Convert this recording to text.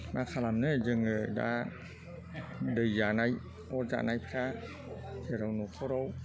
मा खालामनो जोङो दा दै जानाय अर जानायफ्रा जेराव नख'राव